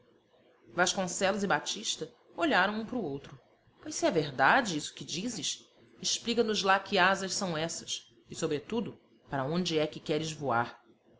vasconcelos e batista olharam um para o outro pois se é verdade isso que dizes explica nos lá que asas são essas e sobretudo para onde é que queres voar